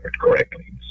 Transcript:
correctly